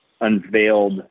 unveiled